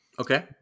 okay